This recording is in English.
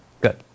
Good